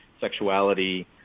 sexuality